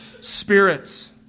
spirits